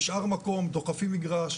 נשאר מקום אז דוחפים מגרש.